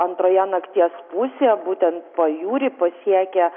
antroje nakties pusėje būtent pajūrį pasiekę